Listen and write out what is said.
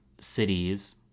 cities